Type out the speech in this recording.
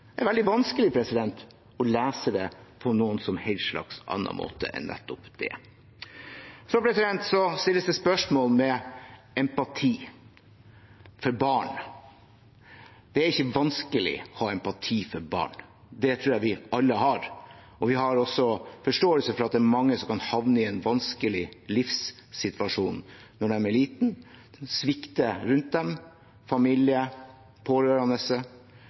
Det er veldig vanskelig å lese det på noen annen måte. Så stilles det spørsmål ved empati for barn. Det er ikke vanskelig å ha empati for barn. Det tror jeg vi alle har, og vi har også forståelse for at det er mange som kan havne i en vanskelig livssituasjon når de er små, og det svikter rundt dem: